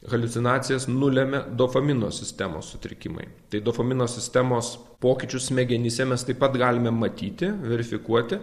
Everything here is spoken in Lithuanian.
haliucinacijas nulemia dopamino sistemos sutrikimai tai dopamino sistemos pokyčius smegenyse mes taip pat galime matyti verifikuoti